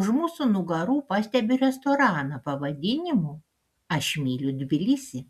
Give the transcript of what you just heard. už mūsų nugarų pastebiu restoraną pavadinimu aš myliu tbilisį